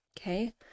okay